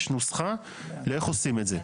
יש נוסחה לאיך עושים את זה.